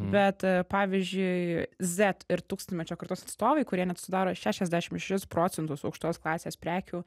bet pavyzdžiui zet ir tūkstantmečio kartos atstovai kurie net sudaro šešiasdešim šešis procentus aukštos klasės prekių